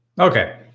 Okay